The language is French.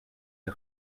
est